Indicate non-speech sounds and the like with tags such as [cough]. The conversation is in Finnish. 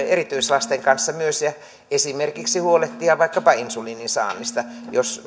[unintelligible] erityislasten kanssa myös ja esimerkiksi huolehtia vaikkapa insuliinin saannista jos